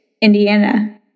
Indiana